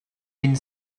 wind